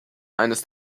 eines